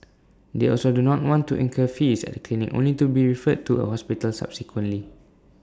they also do not want to incur fees at A clinic only to be referred to A hospital subsequently